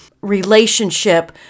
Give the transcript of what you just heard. relationship